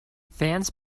fans